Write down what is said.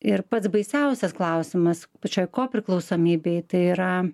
ir pats baisiausias klausimas pačiai kopriklausomybei tai yra